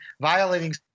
violating